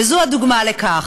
וזו הדוגמה לכך.